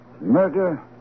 Murder